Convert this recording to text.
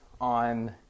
on